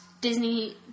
Disney